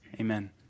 Amen